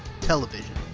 television